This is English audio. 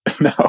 No